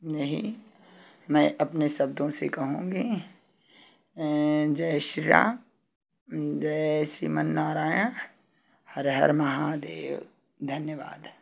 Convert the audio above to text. नहीं मैं अपने शब्दों से कहूँगी जय श्री राम जय श्रीमन नारायण हर हर महादेव धन्यवाद